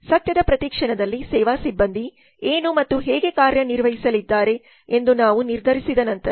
ಸತ್ಯದ ಪ್ರತಿ ಕ್ಷಣದಲ್ಲಿ ಸೇವಾ ಸಿಬ್ಬಂದಿ ಏನು ಮತ್ತು ಹೇಗೆ ಕಾರ್ಯನಿರ್ವಹಿಸಲಿದ್ದಾರೆ ಎಂದು ನಾವು ನಿರ್ಧರಿಸಿದ ನಂತರ